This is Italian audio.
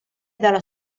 dalla